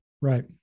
Right